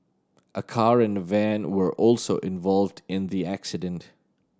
a car and a van were also involved in the accident